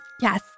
Yes